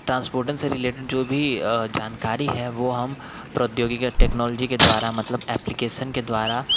ट्रांसपोटन से रिलेटेड जो भी जानकारी है वो हम प्रौद्योगिकी का टेक्नोलॉजी के द्वारा मतलब ऐप्लीकेशन के द्वारा